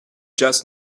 just